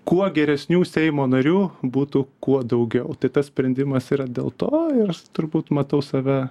kuo geresnių seimo narių būtų kuo daugiau tai tas sprendimas yra dėl to ir turbūt matau save